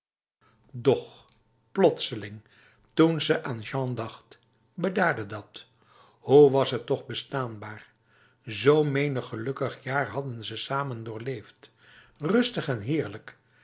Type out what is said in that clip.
doch plotseling toen ze aan jean dacht bedaarde dat hoe was het toch bestaanbaar zo menig gelukkig jaar hadden ze samen doorleefd rustig en heerlijk